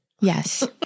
Yes